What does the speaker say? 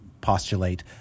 postulate